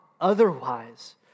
otherwise